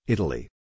Italy